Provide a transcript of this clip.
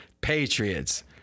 patriots